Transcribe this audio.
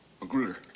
Magruder